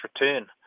return